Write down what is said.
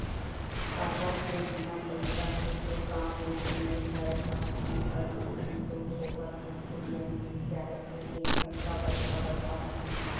काबर के बिना पइसा के तो काम होबे नइ करय कंपनी बर मसीन तो फोकट म तो नइ मिल जाय ओ भी अतका बड़का बड़का मशीन